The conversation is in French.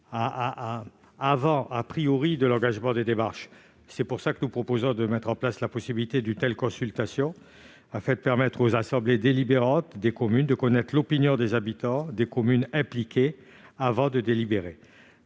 avant l'engagement des démarches. C'est la raison pour laquelle nous proposons de mettre en place la possibilité d'une telle consultation, afin de permettre aux assemblées délibérantes des communes de connaître l'opinion des habitants des communes impliquées avant de délibérer.